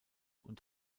und